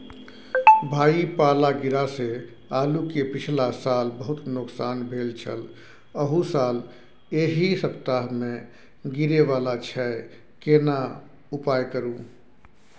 भाई पाला गिरा से आलू के पिछला साल बहुत नुकसान भेल छल अहू साल एहि सप्ताह में गिरे वाला छैय केना उपाय करू?